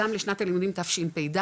גם לשנת הלימודים תשפ"ד,